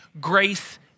grace